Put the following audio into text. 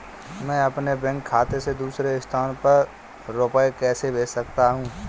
मैं अपने बैंक खाते से दूसरे स्थान पर रुपए कैसे भेज सकता हूँ?